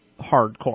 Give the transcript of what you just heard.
hardcore